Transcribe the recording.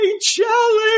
challenge